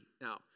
now